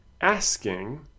asking